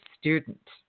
student